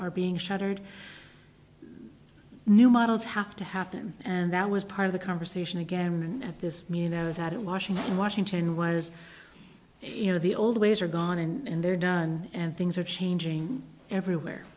are being shattered new models have to happen and that was part of the conversation again at this new nose at washington washington was you know the old ways are gone and they're done and things are changing everywhere